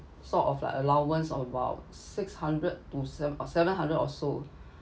sort of like allowance of about six hundred to seven or seven hundred or so